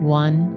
one